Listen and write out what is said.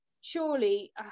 surely